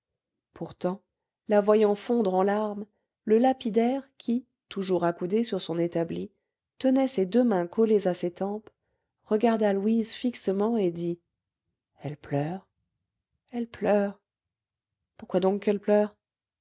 pourtant la voyant fondre en larmes le lapidaire qui toujours accoudé sur son établi tenait ses deux mains collées à ses tempes regarda louise fixement et dit elle pleure elle pleure pourquoi donc qu'elle pleure